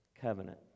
covenant